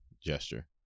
gesture